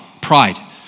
pride